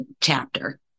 chapter